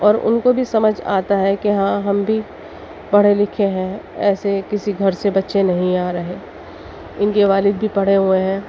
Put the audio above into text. اور ان کو بھی سمجھ آتا ہے کہ ہاں ہم بھی پڑھے لکھے ہیں ایسے کسی گھر سے بچّے نہیں آ رہے ان کے والد بھی پڑھے ہوئے ہیں